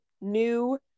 new